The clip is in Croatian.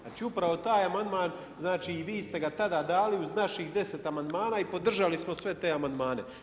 Znači, upravo taj amandman znači i vi ste ga tada dali uz naših 10 amandmana i podržali smo sve te amandmane.